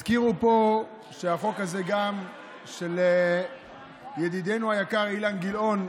הזכירו פה שהחוק הזה גם של ידידנו היקר אילן גילאון,